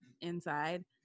inside